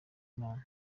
imana